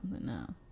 now